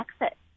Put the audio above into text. exit